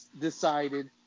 decided